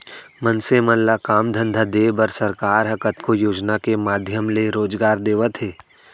मनसे मन ल काम धंधा देय बर सरकार ह कतको योजना के माधियम ले रोजगार देवत हे